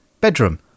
Bedroom